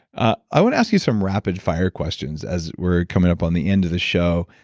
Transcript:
ah i would ask you some rapid fire questions as we're coming up on the end of the show,